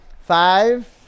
Five